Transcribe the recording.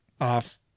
off